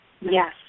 Yes